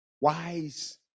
Wise